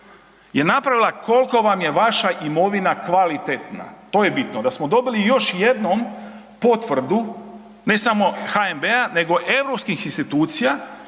je napravila koliko vam je vaša imovina kvalitetna, to je bitno, da smo dobili još jednom potvrdu ne samo HNB-a nego europskih institucija